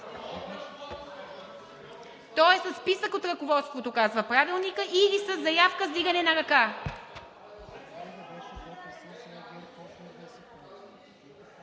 То е със списък от ръководството, казва Правилникът или със заявка с вдигане на ръка.